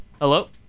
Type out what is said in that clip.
Hello